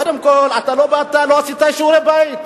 קודם כול אתה לא עשית שיעורי בית.